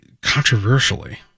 controversially